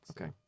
Okay